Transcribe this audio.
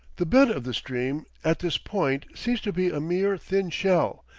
the bed of the stream at this point seems to be a mere thin shell,